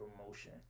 promotion